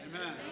Amen